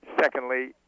Secondly